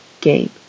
game